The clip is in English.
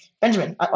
Benjamin